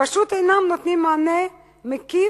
פשוט אינם נותנים מענה מקיף